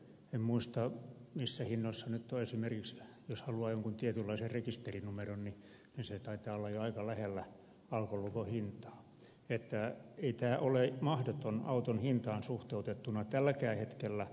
en muista missä hinnoissa ne nyt ovat mutta esimerkiksi jos haluaa jonkun tietynlaisen rekisterinumeron niin se taitaa olla jo aika lähellä alkolukon hintaa niin että ei tämä ole mahdoton auton hintaan suhteutettuna tälläkään hetkellä